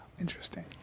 Interesting